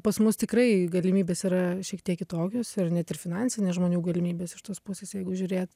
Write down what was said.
pas mus tikrai galimybės yra šiek tiek kitokios net ir finansinės žmonių galimybės iš tos pusės jeigu žiūrėt